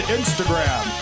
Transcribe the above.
Instagram